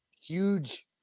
huge